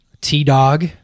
t-dog